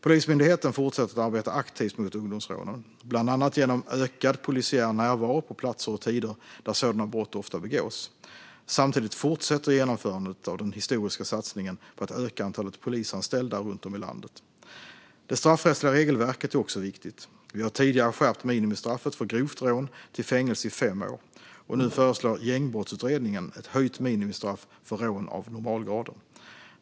Polismyndigheten fortsätter att arbeta aktivt mot ungdomsrånen, bland annat genom ökad polisiär närvaro på platser och tider där sådana brott ofta begås. Samtidigt fortsätter genomförandet av den historiska satsningen på att öka antalet polisanställda runt om i landet. Det straffrättsliga regelverket är också viktigt. Vi har tidigare skärpt minimistraffet för grovt rån till fängelse i fem år, och nu föreslår Gängbrottsutredningen ett höjt minimistraff för rån av normalgraden.